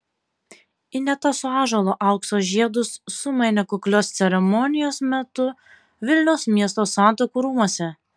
ineta su ąžuolu aukso žiedus sumainė kuklios ceremonijos metu vilniaus miesto santuokų rūmuose